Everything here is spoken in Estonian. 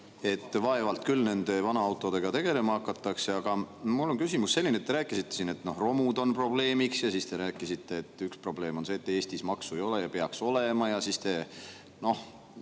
Vaevalt küll vanaautodega tegelema hakatakse. Aga minu küsimus on selline. Te rääkisite siin, et romud on probleemiks, ja rääkisite, et üks probleem on see, et Eestis maksu ei ole, kuid peaks olema. Siis te